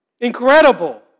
Incredible